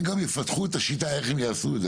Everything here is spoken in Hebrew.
הם גם יפתחו את השיטה של איך הם יעשו את זה.